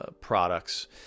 products